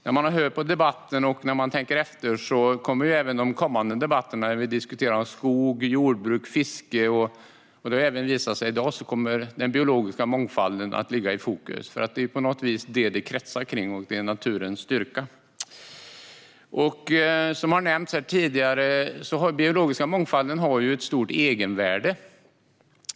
När jag hör debatten och tänker efter inser jag att även i de kommande debatterna då vi diskuterar skog, jordbruk och fiske kommer den biologiska mångfalden att vara i fokus. Det är ju detta det kretsar kring, och det är naturens styrka. Som tidigare har nämnts har den biologiska mångfalden ett stort egenvärde.